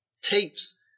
tapes